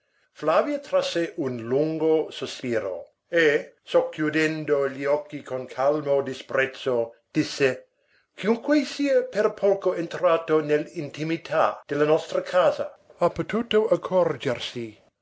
miope flavia trasse un lungo sospiro e socchiudendo gli occhi con calmo disprezzo disse chiunque sia per poco entrato nell'intimità della nostra casa ha potuto accorgersi